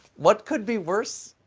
what could be worse?